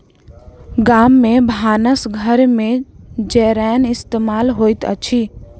गाम में भानस घर में जारैन इस्तेमाल होइत अछि